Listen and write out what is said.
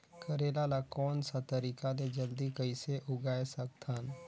करेला ला कोन सा तरीका ले जल्दी कइसे उगाय सकथन?